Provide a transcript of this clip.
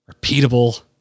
Repeatable